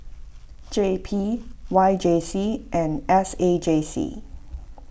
J P Y J C and S A J C